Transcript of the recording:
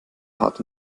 hart